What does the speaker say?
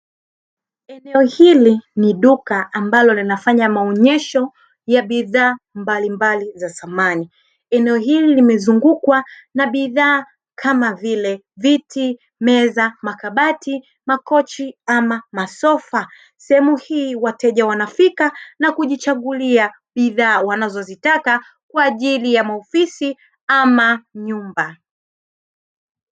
Eneo hili ni duka ambalo linafanya maonyesho ya bidhaa mbalimbali za samani. Eneo hili limezungukwa na bidhaa kama vile:- viti, meza, makabati, makochi ama masofa. Sehemu hii wateja wanafika na kujichagulia bidhaa wanazozitaka kwa ajili ya maofisi ama nyumba.